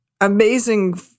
amazing